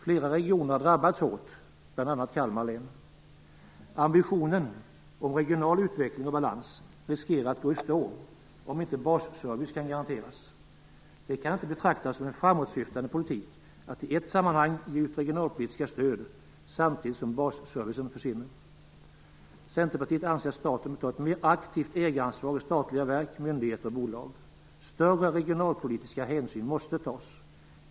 Flera regioner har drabbats hårt, bl.a. Kalmar län. Ambitionen om regional utveckling och balans riskerar att gå i stå om inte basservice kan garanteras. Det kan inte betraktas som en framåtsyftande politik att i ett sammanhang ge ut regionalpolitiska stöd, samtidigt som basservicen försvinner. Centerpartiet anser att staten bör ta ett mer aktivt ägaransvar i statliga verk, myndigheter och bolag. Större regionalpolitiska hänsyn måste tas.